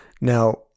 Now